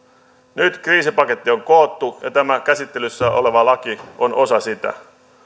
nyt kriisipaketti on koottu ja tämä käsittelyssä oleva laki on osa sitä